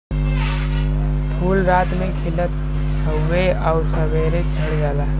फूल रात में खिलत हउवे आउर सबेरे झड़ जाला